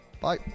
Bye